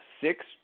six